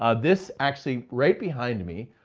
ah this actually right behind me.